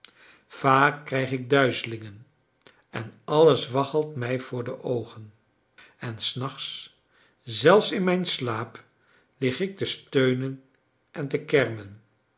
vaak krijg ik duizelingen en alles waggelt mij voor de oogen en s nachts zelfs in mijn slaap lig ik te steunen en